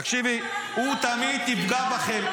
תקשיבי, הוא תמיד יפגע בכם.